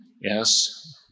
yes